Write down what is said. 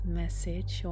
message